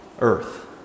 earth